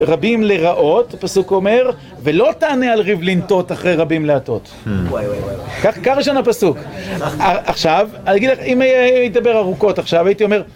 רבים לרעות, הפסוק אומר, ולא תענה על ריב לינטות אחרי רבים לעטות. וואי וואי וואי וואי. ככה ראשון הפסוק. עכשיו, אני אגיד לך, אם הייתי מדבר ארוכות עכשיו, הייתי אומר,